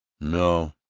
no,